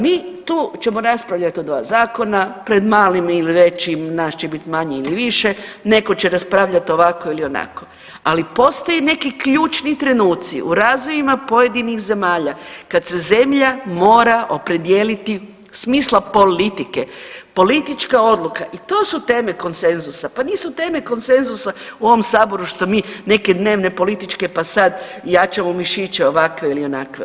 Mi tu ćemo raspravljati o 2 zakona, pred malim ili većim, nas će biti manje ili više, netko će raspravljat ovako ili onako, ali postoji neki ključni trenuci u razvojima pojedinih zemalja kad se zemlja mora opredijeliti smisla politike, politička odluka i to su teme konsenzusa, pa nisu teme konsenzusa u ovom saboru što mi neke dnevne političke pa sad jačamo mišiće ovakve ili onakve.